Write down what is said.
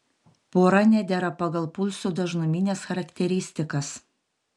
pora nedera pagal pulsų dažnumines charakteristikas